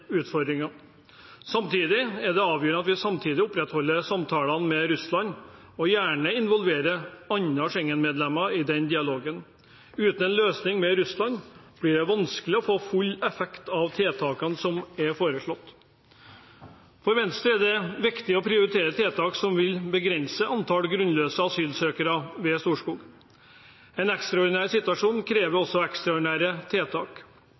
Samtidig er det avgjørende at vi opprettholder samtalene med Russland og gjerne involverer andre Schengen-medlemmer i den dialogen. Uten en løsning med Russland blir det vanskelig å få full effekt av tiltakene som er foreslått. For Venstre er det viktig å prioritere tiltak som vil begrense antall grunnløse asylsøkere ved Storskog. En ekstraordinær situasjon krever også ekstraordinære tiltak.